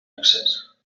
excés